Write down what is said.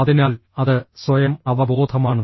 അതിനാൽ അത് സ്വയം അവബോധമാണ്